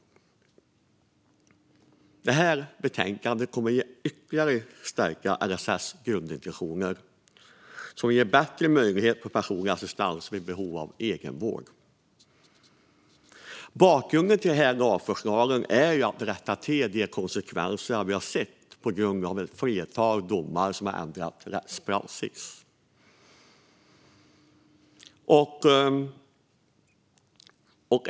Förslaget i det här betänkandet kommer att ytterligare stärka LSS grundintentioner och ge bättre möjligheter till personlig assistans vid behov av egenvård. Bakgrunden till de här lagförslagen är en vilja att rätta till de konsekvenser vi har sett av ett flertal domar som har ändrat rättspraxis.